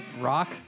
Rock